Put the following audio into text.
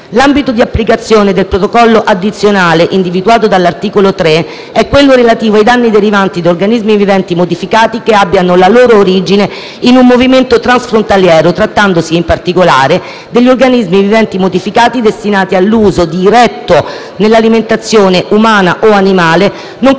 L'ambito di applicazione del Protocollo addizionale, individuato dall'articolo 3, è quello relativo ai danni derivanti da organismi viventi modificati che abbiano la loro origine in un movimento transfrontaliero trattandosi, in particolare, degli organismi viventi modificati destinati all'uso diretto nell'alimentazione umana o animale, nonché